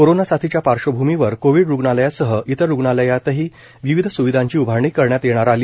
corona साथीच्या पार्श्वभूमीवर covid रूग्णालयासह इतर रूग्णालयातही विविध स्विधांची उभारणी करण्यात आली आहे